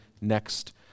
next